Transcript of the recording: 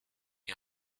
and